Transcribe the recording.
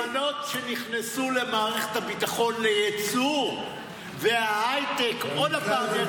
ההזמנות שנכנסו למערכת הביטחון לייצור וההייטק עוד פעם יצילו אותנו.